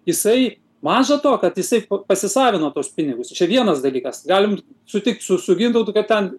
jisai maža to kad jisai pasisavino tuos pinigus čia vienas dalykas galim sutikt su su gintautu kad ten